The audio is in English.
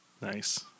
Nice